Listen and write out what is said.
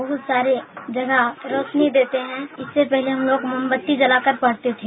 बहुत सारे जगह रौशनी देखते हैं इससे पहले हमलोग मोमबत्ती जलाकर पढ़ते थे